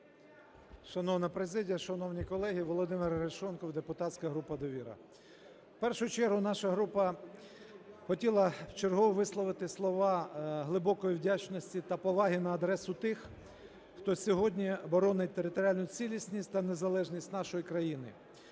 Шановна президія, шановні колеги! Володимир Арешонков, депутатська група "Довіра". В першу чергу наша група хотіла вчергове висловити слова глибокої вдячності та поваги на адресу тих, хто сьогодні боронить територіальну цілісність та незалежність нашої країни,